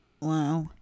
Wow